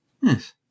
Yes